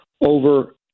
Over